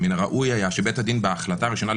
מן הראוי היה שבית הדין בהחלטה הראשונה,